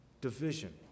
division